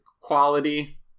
quality